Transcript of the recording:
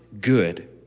good